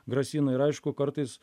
grasina ir aišku kartais